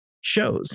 shows